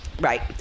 Right